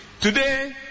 Today